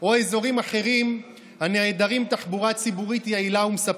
או אזורים אחרים הנעדרים תחבורה ציבורית יעילה ומספקת.